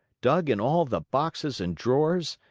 dug in all the boxes and drawers,